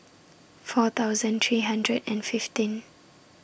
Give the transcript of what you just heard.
four thousand three hundred and fifteen